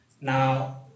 Now